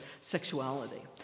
sexuality